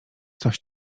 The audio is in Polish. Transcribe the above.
coś